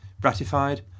ratified